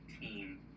team